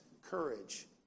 courage